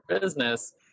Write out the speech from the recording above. business